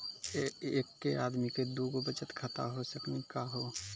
एके आदमी के दू गो बचत खाता हो सकनी का हो?